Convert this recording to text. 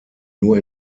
nur